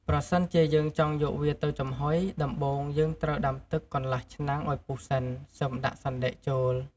ប្រសិនជា យើងចង់យកវាទៅចំហុយ ដំបូងយើងត្រូវដាំទឹកកន្លះឆ្នាំងឲ្យពុះសិន សិមដាក់សណ្ដែកចូល។